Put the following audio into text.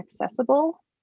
accessible